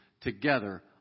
together